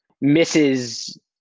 misses